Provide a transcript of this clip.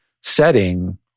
setting